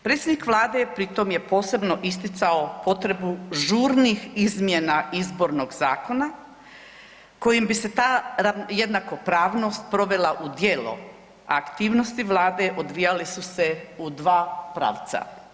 Predsjednik Vlade pri tom je posebno isticao potrebu žurnih izmjena izbornog zakona kojim bi se ta jednakopravnost provela djelo, a aktivnosti Vlade odvijale su se u dva pravca.